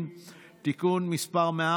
(תיקון מס' 5),